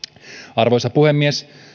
arvoisa puhemies